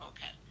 Okay